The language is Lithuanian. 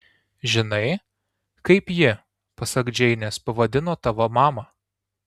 žinai kaip ji pasak džeinės pavadino tavo mamą